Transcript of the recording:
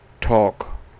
talk